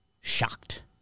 Shocked